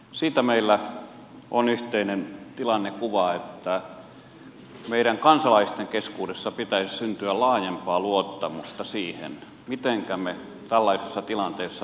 siitä meillä on yhteinen tilannekuva että meidän kansalaisten keskuudessa pitäisi syntyä laajempaa luottamusta siihen mitenkä me tällaisessa tilanteessa etenemme